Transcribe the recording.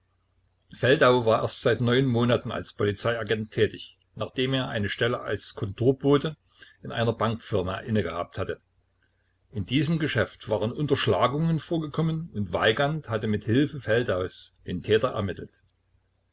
feldau war erst seit neun monaten als polizeiagent tätig nachdem er eine stelle als kontorbote in einer bankfirma innegehabt hatte in diesem geschäft waren unterschlagungen vorgekommen und weigand hatte mit hilfe feldaus den täter ermittelt